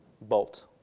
bolt